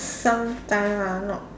sometimes ah not